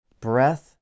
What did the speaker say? breath